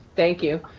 thank you.